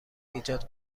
ایجاد